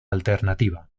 alternativa